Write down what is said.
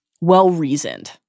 Well-reasoned